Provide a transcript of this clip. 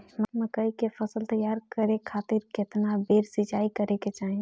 मकई के फसल तैयार करे खातीर केतना बेर सिचाई करे के चाही?